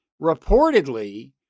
reportedly